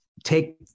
take